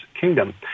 kingdom